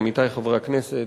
עמיתי חברי הכנסת,